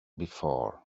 before